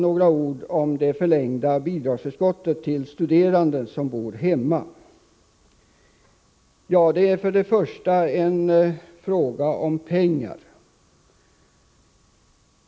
Några ord vill jag också säga om det förlängda bidragsförskottet till studerande som fortfarande bor hemma. Det är en fråga om pengar.